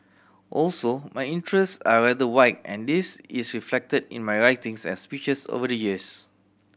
also my interests are rather wide and this is reflected in my writings and speeches over the years